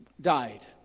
died